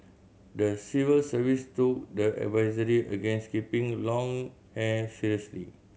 the civil service took the advisory against keeping long hair seriously